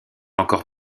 encore